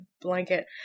blanket